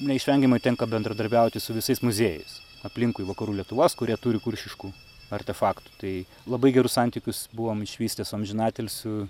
neišvengiamai tenka bendradarbiauti su visais muziejais aplinkui vakarų lietuvos kurie turi kuršiškų artefaktų tai labai gerus santykius buvom išvystę su amžinatilsiu